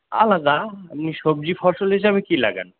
আলাদা এমনি সবজি ফসল হিসাবে কী লাগান